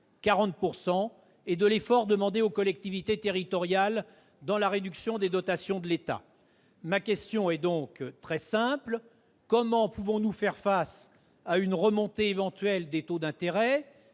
et à l'effort demandé aux collectivités territoriales, avec la réduction des dotations de l'État. Ma question est donc double : comment pouvons-nous faire face à une remontée éventuelle des taux d'intérêt,